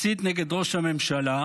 מסית נגד ראש הממשלה,